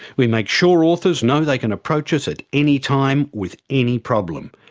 we make sure authors know they can approach us at any time, with any problem.